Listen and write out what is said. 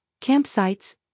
campsites